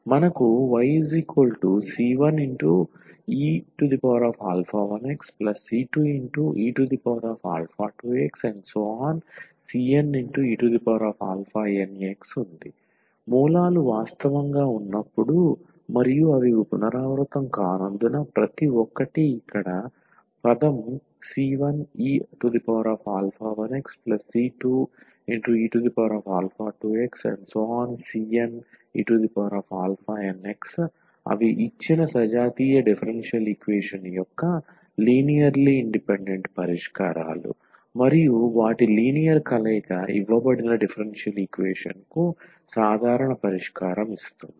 మనకు yc1e1xc2e2xcnenx ఉంది మూలాలు వాస్తవంగా ఉన్నప్పుడు మరియు అవి పునరావృతం కానందున ప్రతి ఒక్కటి ఇక్కడ పదం c1e1xc2e2xcnenx అవి ఇచ్చిన సజాతీయ డిఫరెన్షియల్ ఈక్వేషన్ యొక్క లీనియర్లీ ఇండిపెండెంట్ పరిష్కారాలు మరియు వాటి లీనియర్ కలయిక ఇవ్వబడిన డిఫరెన్షియల్ ఈక్వేషన్ కు సాధారణ పరిష్కారం ఇస్తుంది